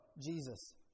Jesus